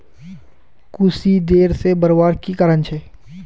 कुशी देर से बढ़वार की कारण छे?